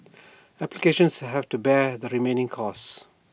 applicants have to bear the remaining costs